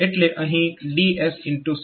એટલે અહીં x 16 છે